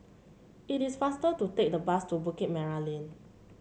it is faster to take the bus to Bukit Merah Lane